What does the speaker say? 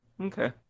Okay